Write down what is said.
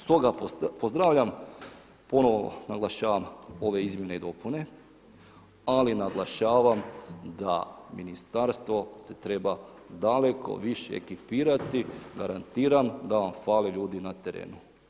Stoga pozdravljam i ponovno naglašavam ove izmjene i dopune ali naglašavam da ministarstvo se treba daleko više ekipirati, garantiram da vam fali ljudi na terenu.